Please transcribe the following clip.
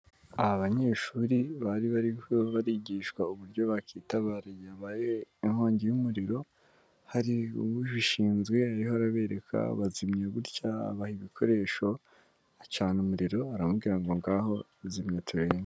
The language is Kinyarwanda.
Aba banyeshuri bari bariho barigishwa uburyo bakwitabara igihe habaye inkongi y'umuriro, hari ushinzwe ariho arabereka, bazimya gutya, abaha ibikoresho, acana umuriro aramubwira ngo ngaho zimya turebe.